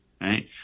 right